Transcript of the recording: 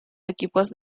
equipos